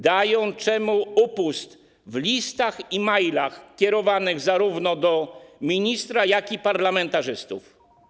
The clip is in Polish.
Dają temu upust w listach i mailach kierowanych zarówno do ministra, jak i do parlamentarzystów.